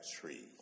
tree